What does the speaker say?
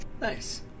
Nice